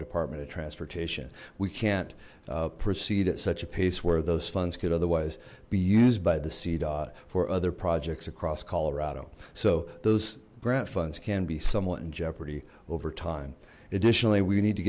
department of transportation we can't proceed at such a pace where those funds could otherwise be used by the cidade for other projects across colorado so those grant funds can be somewhat in jeopardy over time additionally we need to